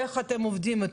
איך אתם עובדים איתו?